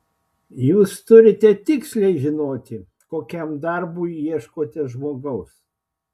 jūs turite tiksliai žinoti kokiam darbui ieškote žmogaus